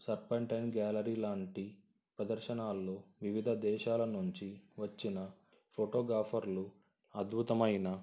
Serpentine Gallery లాంటి ప్రదర్శనల్లో వివిధ దేశాల నుంచి వచ్చిన ఫోటోగ్రాఫర్లు అద్భుతమైన